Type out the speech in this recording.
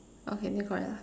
okay then correct lah